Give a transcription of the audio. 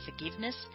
forgiveness